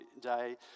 day